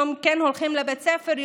יום כן הולכים לבית ספר,